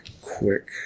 quick